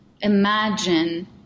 imagine